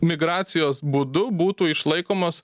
migracijos būdu būtų išlaikomas